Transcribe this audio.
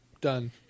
done